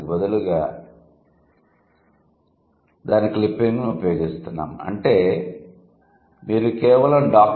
దానికి బదులుగా మీరు దాని క్లిప్పింగ్ను ఉపయోగిస్తున్నాము అంటే మీరు కేవలం 'Dr